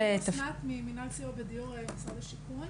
אסנת ממנהל סיוע ודיור ממשרד השיכון